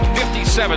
57